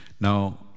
Now